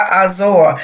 Azor